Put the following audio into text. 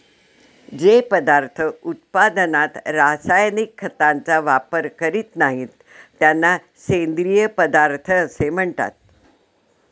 जे पदार्थ उत्पादनात रासायनिक खतांचा वापर करीत नाहीत, त्यांना सेंद्रिय पदार्थ असे म्हणतात